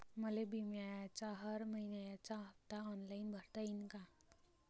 मले बिम्याचा हर मइन्याचा हप्ता ऑनलाईन भरता यीन का?